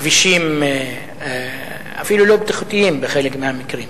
כבישים אפילו לא בטיחותיים בחלק מהמקרים.